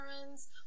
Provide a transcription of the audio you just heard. parents